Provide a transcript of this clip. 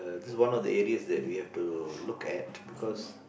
this is one of the areas that we have to look at because